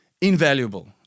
invaluable